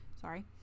Sorry